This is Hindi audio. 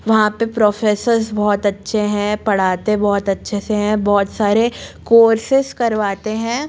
वहाँ पर प्रोफे़सर्स बहुत अच्छे हैं पढ़ाते बहुत अच्छे से हैं बहुत सारे कोर्सेस करवाते हैं